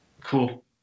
Cool